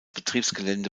betriebsgelände